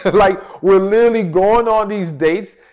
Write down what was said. like, we're literally going on these dates,